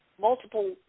multiple